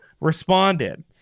responded